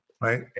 Right